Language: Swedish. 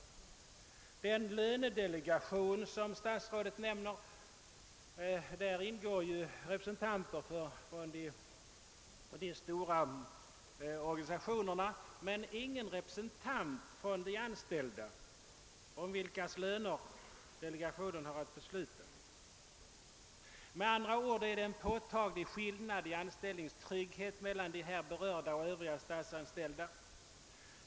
I den lönedelegation som statsrådet nämner ingår representanter för de stora organisationerna men ingen representant för de anställda, om vilkas löner delegationen har att besluta. Med andra ord är det en påtaglig skillnad i anställningstrygghet mellan de här berörda och övriga statsanställda.